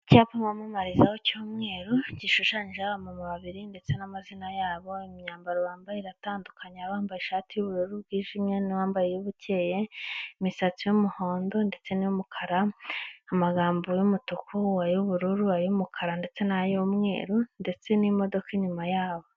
Icyapa bamamarizaho cy'umweru, gishushanyijeho abantu babiri ndetse n'amazina ya bo, imyambaro bambaye iratandukanye abambaye ishati y'ubururu bwijimye n'uwambaye iy'ubukeye, imisatsi y'umuhondo ndetse n'umukara, amagambo y'umutuku, ay'ubururu, ay'umukara ndetse n'ay'umweru, ndetse n'imodoka inyuma yabo.